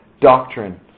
Doctrine